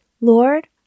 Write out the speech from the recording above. Lord